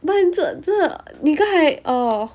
but 你真的你真的刚才 orh